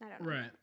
right